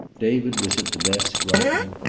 david was at the desk writing.